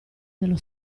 dello